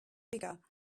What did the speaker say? bigger